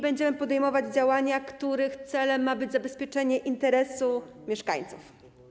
Będziemy podejmować działania, których celem ma być zabezpieczenie interesu mieszkańców.